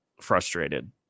frustrated